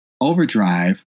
Overdrive